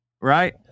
right